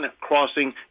crossing